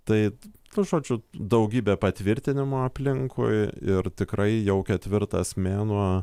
tai žodžiu daugybė patvirtinimų aplinkui ir tikrai jau ketvirtas mėnuo